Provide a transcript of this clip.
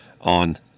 on